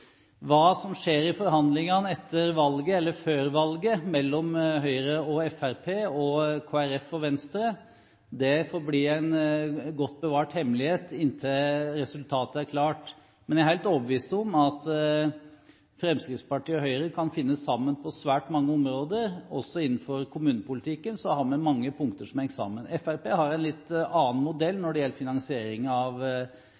Hva som skjer i forhandlingene etter valget, eller før valget, mellom Høyre og Fremskrittspartiet og Kristelig Folkeparti og Venstre, får bli en godt bevart hemmelighet inntil resultatet er klart. Men jeg er helt overbevist om at Fremskrittspartiet og Høyre kan finne sammen på svært mange områder. Også innenfor kommunepolitikken har vi mange punkter som henger sammen. Fremskrittspartiet har en litt annen modell